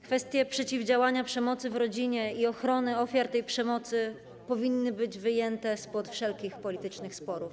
Kwestie przeciwdziałania przemocy w rodzinie i ochrony ofiar tej przemocy powinny być wyjęte spod wszelkich politycznych sporów.